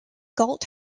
galt